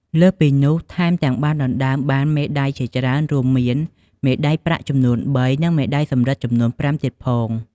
លើសពីនោះថែមទាំងបានដណ្ដើមបានមេដាយជាច្រើនរួមមាន មេដាយប្រាក់ចំនួន ៣ និងមេដាយសំរឹទ្ធចំនួន ៥ទៀតផង។